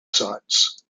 sites